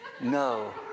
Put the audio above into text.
No